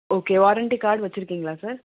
okay warranty card வச்சுருக்கிங்களா sir